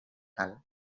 cal